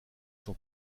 son